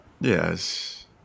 Yes